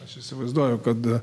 aš įsivaizduoju kad